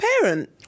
parent